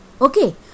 Okay